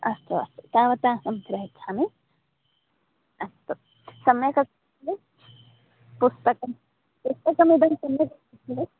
अस्तु अस्तु तावता अहं प्रयच्छामि अस्तु सम्यक् अस्ति खलु पुस्तकमिदं सम्यक् खलु